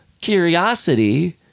Curiosity